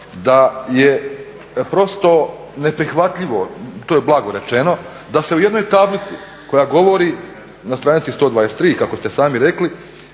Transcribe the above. da je prosto neprihvatljivo, to je blago rečeno da se u jednoj tablici koja govori na stranici 123. kako ste sami rekli